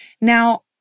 Now